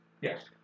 Yes